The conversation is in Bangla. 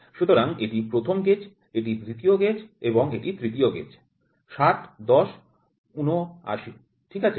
সুতরাং এটি প্রথম গেজ এটি দ্বিতীয় গেজ এবং এটি তৃতীয় গেজ ৬০১০৭৯ ঠিক আছে